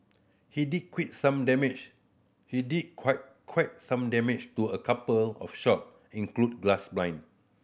he did quit some damage he did quite quite some damage to a couple of shop include glass blind